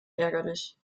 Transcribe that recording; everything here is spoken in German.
ärgerlich